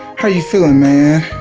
how you feeling man?